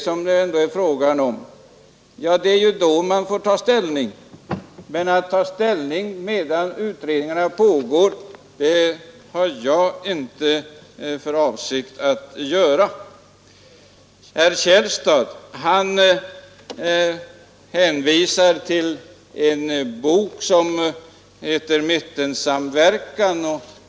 Jag menar att detta är något som vi då får ta ställning till. Jag har inte för avsikt att göra det medan utredningarna pågår. Herr Källstad hänvisar till en bok med titeln Mittensamverkan.